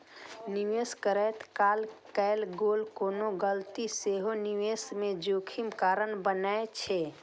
निवेश करैत काल कैल गेल कोनो गलती सेहो निवेश मे जोखिम कारण बनै छै